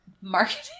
marketing